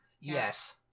Yes